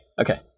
Okay